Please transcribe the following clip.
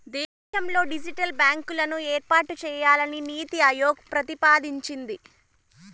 దేశంలో డిజిటల్ బ్యాంకులను ఏర్పాటు చేయాలని నీతి ఆయోగ్ ప్రతిపాదించింది